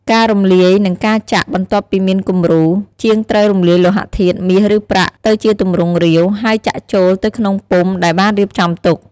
ការរំលាយ និងការចាក់ បន្ទាប់ពីមានគំរូ ជាងត្រូវរំលាយលោហៈធាតុ មាស ឬប្រាក់ ទៅជាទម្រង់រាវ ហើយចាក់ចូលទៅក្នុងពុម្ពដែលបានរៀបចំទុក។